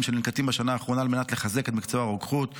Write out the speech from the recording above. שננקטים בשנה האחרונה על מנת לחזק את מקצוע הרוקחות,